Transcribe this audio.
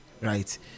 Right